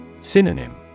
Synonym